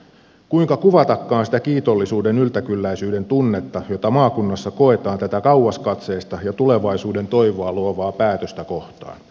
kuinka kuvatakaan sitä kiitollisuuden yltäkylläisyyden tunnetta jota maakunnassa koetaan tätä kauaskatseista ja tulevaisuudentoivoa luovaa päätöstä kohtaan